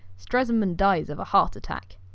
stresemann dies of a heart attack.